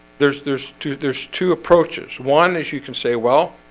there's there's two there's two approaches one as you can say well